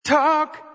Talk